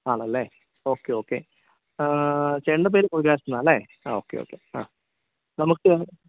ആണല്ലേ okay okay ചേട്ടൻ്റെ പേര് പൗലാസ് എന്നാണല്ലേ ആ ഓക്കെ യോക്കെ ആ നമുക്ക്